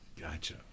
Gotcha